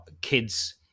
kids